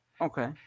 Okay